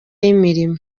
y’imirimo